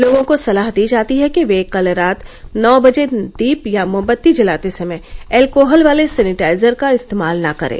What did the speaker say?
लोगों को सलाह दी जाती है कि वे कल रात नौ बजे दीप या मोमबत्ती जलाते समय एल्कोहल वाले सेनेटाइजर का इस्तेमाल न करें